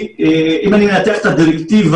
אם אני מנתח את הדירקטיבה,